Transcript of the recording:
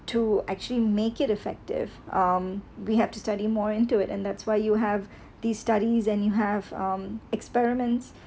to actually make it effective um we have to study more into it and that's why you have the studies and you have um experiments